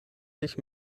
sich